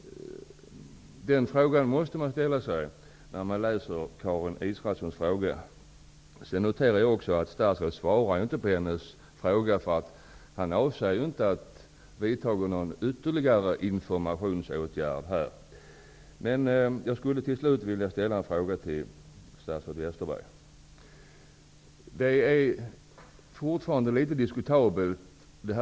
Den frågan måste man ställa sig när man läser Karin Israelssons fråga. Jag noterade också att statsrådet inte svarade på hennes fråga. Han avser ju inte att vidta någon ytterligare informationsåtgärd i detta sammanhang. Westerberg. Det beslut som riksdagen fattade i november i fjol är fortfarande litet diskutabelt.